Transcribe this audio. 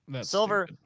silver